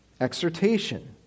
Exhortation